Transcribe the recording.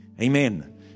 Amen